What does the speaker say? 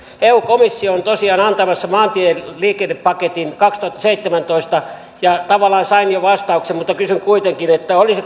eu komissio on tosiaan antamassa maantieliikennepaketin kaksituhattaseitsemäntoista ja tavallaan sain jo vastauksen mutta kysyn kuitenkin olisiko mahdollista että tämä asia kuitenkin